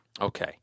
Okay